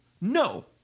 no